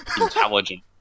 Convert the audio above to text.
intelligent